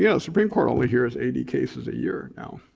yeah the supreme court only hears eighty cases a year now.